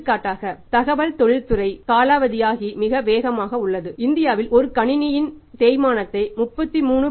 எடுத்துக்காட்டாக தகவல் தொழில்நுட்பத் துறையில் காலாவதி மிக வேகமாக உள்ளது இந்தியாவில் ஒரு கணினி இன் தேய்மானத்தை 33